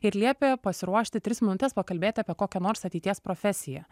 ir liepė pasiruošti tris minutes pakalbėti apie kokią nors ateities profesiją